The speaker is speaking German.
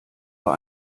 bei